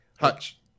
Hutch